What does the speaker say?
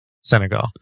Senegal